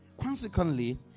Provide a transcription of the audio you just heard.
Consequently